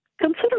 Consider